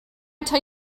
tell